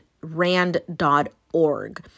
rand.org